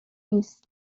نیست